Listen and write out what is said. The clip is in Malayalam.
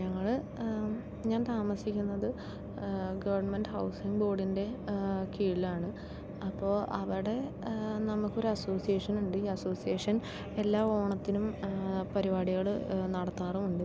ഞങ്ങൾ ഞാൻ താമസിക്കുന്നത് ഗവൺമെന്റ് ഹൗസിങ് ബോഡിൻ്റെ കീഴിലാണ് അപ്പോൾ അവിടെ നമ്മൾക്കൊരു അസോസിയേഷനുണ്ട് ഈ അസോസിയേഷൻ എല്ലാ ഓണത്തിനും പരിവാടികൾ നടത്താറുമുണ്ട്